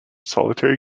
solitary